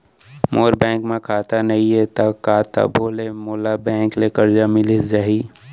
मोर bank म खाता नई हे त का तभो ले मोला बैंक ले करजा मिलिस जाही?